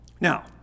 Now